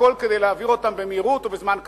הכול כדי להביא אותן במהירות ובזמן קצר.